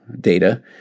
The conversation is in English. data